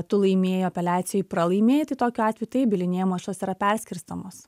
tu laimėjai o apeliacijoj pralaimėjai tai tokiu atveju taip bylinėjimo išlaidos yra perskirstomos